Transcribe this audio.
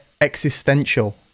existential